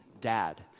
dad